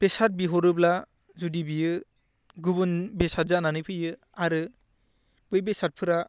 बेसाद बिहरोब्ला जुदि बियो गुबुन बेसाद जानानै फैयो आरो बै बेसादफोरा